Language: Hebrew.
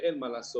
ואין מה לעשות,